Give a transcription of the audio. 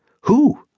Who